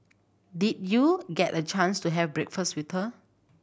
did you get a chance to have breakfast with her